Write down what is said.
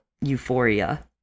euphoria